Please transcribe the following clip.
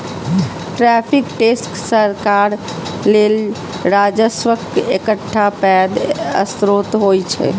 tariff tax सरकार लेल राजस्वक एकटा पैघ स्रोत होइ छै